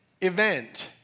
event